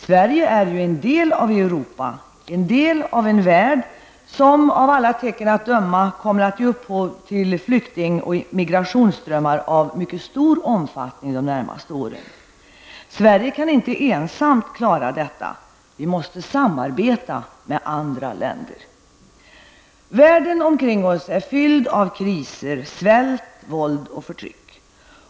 Sverige är ju en del av Europa, en del av en värld som av alla tecken att döma kommer att ge upphov till flykting och migrationsströmmar av mycket stor omfattning under de närmaste åren. Sverige kan inte ensamt klara detta. Vi i Sverige måste samarbeta med andra länder. Världen omkring oss är fylld av kriser, svält, våld och förtryck.